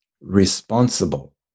responsible